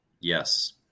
Yes